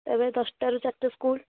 ଏବେ ଦଶଟାରୁ ଚାରିଟା ସ୍କୁଲ୍